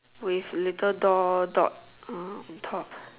with little doll dots on top